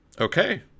Okay